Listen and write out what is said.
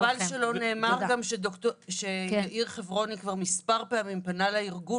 רק חבל שלא נאמר גם שיאיר חברוני כבר מספר פעמים פנה לארגון